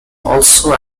also